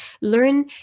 learn